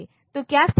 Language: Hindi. तो क्या स्थिति है